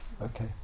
Okay